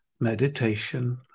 meditation